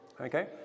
okay